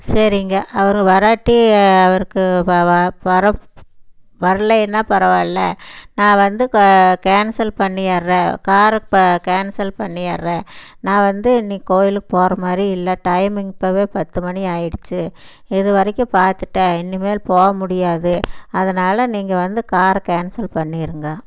சரிங்க அவர் வராட்டி அவருக்கு வர வரலேனா பரவாயில்ல நான் வந்து கே கேன்சல் பண்ணிடுறேன் காரு கேன்சல் பண்ணிடுறேன் நான் வந்து இன்னிக்கி கோயிலுக்கு போகிற மாதிரி இல்லை டைமிங் இப்பவே பத்து மணி ஆகிடுச்சி இது வரைக்கும் பார்த்துட்டேன் இனிமேல் போக முடியாது அதனால நீங்கள் வந்து காரை கேன்சல் பண்ணிடுங்க